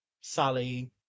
Sally